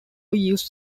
used